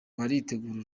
baritegura